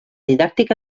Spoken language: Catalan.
didàctic